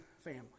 family